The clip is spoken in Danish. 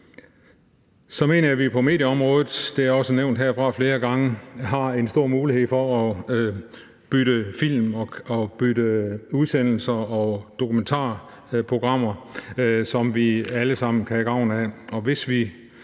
Så mener jeg, at vi på medieområdet – det har jeg også nævnt heroppefra flere gange – har en stor mulighed for at bytte film og bytte udsendelser og dokumentarprogrammer, som vi alle sammen kan have gavn af.